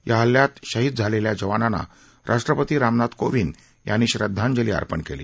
या हल्यात शहीद झालेल्या जवानांना राष्ट्रपती रामनाथ कोविंद यांनी श्रद्वांजली अर्पण केली